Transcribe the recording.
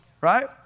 right